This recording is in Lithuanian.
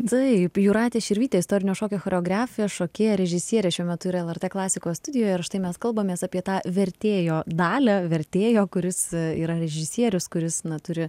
taip jūratė širvytė istorinio šokio choreografė šokėja režisierė šiuo metu yra lrt klasikos studijoje ir štai mes kalbamės apie tą vertėjo dalią vertėjo kuris yra režisierius kuris na turi